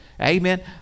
Amen